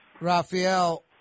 Raphael